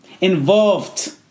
involved